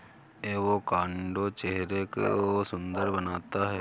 avocado चेहरे को सुंदर बनाता है